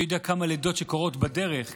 מי יודע כמה לידות שקורות בדרך,